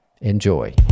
Enjoy